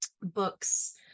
books